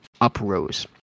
uprose